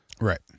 right